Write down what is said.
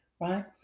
right